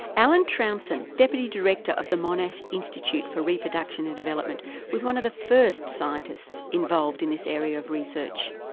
alan trounson, deputy director of the monash institute for reproduction and development was one of the first scientists involved in this area of research.